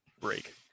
break